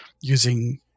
using